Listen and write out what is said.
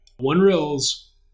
OneRail's